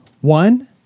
One